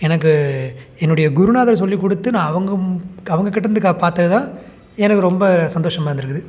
எனக்கு என்னுடைய குருநாதர் சொல்லிக் கொடுத்து நான் அவங்க அவங்ககிட்டேருந்து கா பார்த்ததுதான் எனக்கு ரொம்ப சந்தோஷமாக இருந்துருக்குது